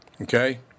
Okay